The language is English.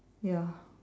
ya